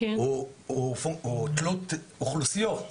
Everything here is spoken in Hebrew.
הן תלויות אוכלוסיות.